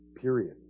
period